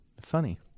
Funny